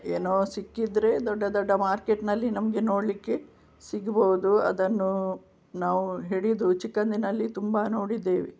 ಏನೋ ಸಿಕ್ಕಿದ್ದರೆ ದೊಡ್ಡ ದೊಡ್ಡ ಮಾರ್ಕೆಟ್ನಲ್ಲಿ ನಮಗೆ ನೋಡಲಿಕ್ಕೆ ಸಿಗ್ಬೋದು ಅದನ್ನು ನಾವು ಹಿಡಿದು ಚಿಕ್ಕಂದಿನಲ್ಲಿ ತುಂಬಾ ನೋಡಿದ್ದೇವೆ